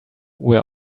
where